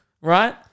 right